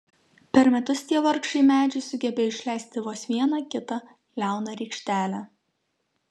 per metus tie vargšai medžiai sugebėjo išleisti vos vieną kitą liauną rykštelę